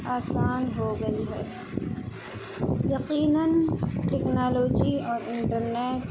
آسان ہو گئی ہے یقیناً ٹیکنالوجی اور انٹرنیٹ